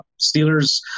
Steelers